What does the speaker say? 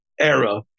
era